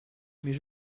mais